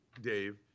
Dave